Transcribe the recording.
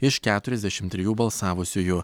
iš keturiasdešim trijų balsavusiųjų